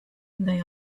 they